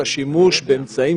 כל כך חריגים,